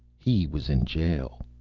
he was in jail.